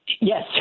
Yes